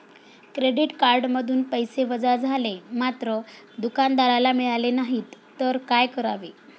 Credit कार्डमधून पैसे वजा झाले मात्र दुकानदाराला मिळाले नाहीत तर काय करावे?